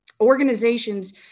organizations